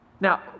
Now